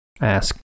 ask